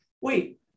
wait